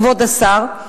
כבוד השר,